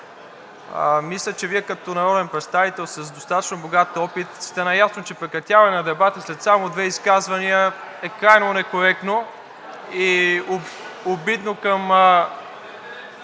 мисля, че Вие като народен представител с достатъчно богат опит сте наясно, че прекратяването на дебата след само две изказвания е крайно некоректно и обидно към